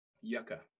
Yucca